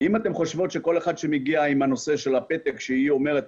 אם אתן חושבות שכל אחת שמגיעה עם הנושא של הפתק שהיא אומרת,